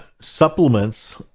supplements